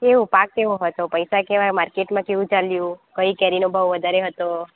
કેવો પાક કેવો હતો પૈસા કેવા માર્કેટમાં કેવું ચાલ્યું કઈ કેરીનો ભાવ વધારે હતો